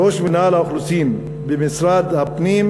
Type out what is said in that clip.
ראש מינהל האוכלוסין במשרד הפנים,